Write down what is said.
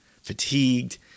fatigued